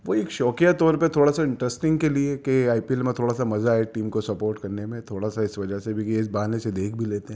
وہ ایک شوقیہ طور پر تھوڑا سا انٹرسٹنگ کے لیے کہ آئی پی ایل میں تھوڑا سا مزہ آئے ٹیم کو سپورٹ کرنے میں تھوڑا سا اِس وجہ سے بھی کہ اِس بہانے سے دیکھ بھی لیتے ہیں